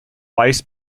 weiß